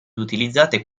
utilizzate